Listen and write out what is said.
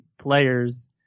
players